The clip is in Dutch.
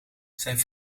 zijn